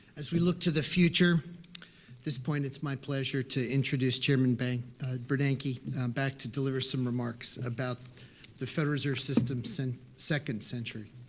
as we look to the future, at this point it's my pleasure to introduce chairman bernanke bernanke back to deliver some remarks about the federal reserve system's and second century.